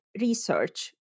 research